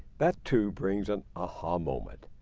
that, too, brings an ah-ha moment.